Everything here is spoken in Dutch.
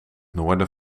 noorden